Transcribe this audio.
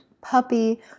puppy